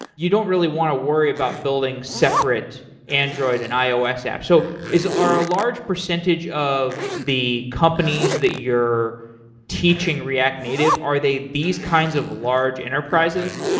you don't really want to worry about building separate android and ios apps. so are a large percentage of the companies that you're teaching react native, are they these kinds of large enterprises?